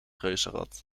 reuzenrad